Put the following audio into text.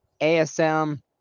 ASM